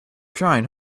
trying